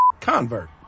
convert